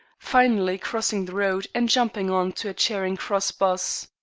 finally crossing the road and jumping on to a charing cross bus.